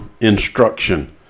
instruction